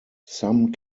some